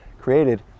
created